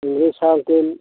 ᱤᱝᱨᱮᱡ ᱥᱟᱣᱠᱤᱱ